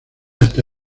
esta